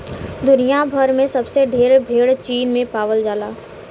दुनिया भर में सबसे ढेर भेड़ चीन में पावल जाला